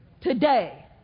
today